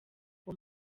uwo